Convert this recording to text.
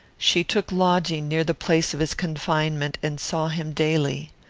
she took lodging near the place of his confinement, and saw him daily.